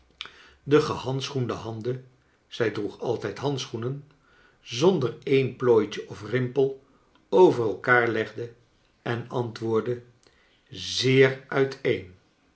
de gehandschoende handen zij droeg altijd handschoenen zonder een plooitje of rimpel over elkaar legde en antwoordde zeer uiteen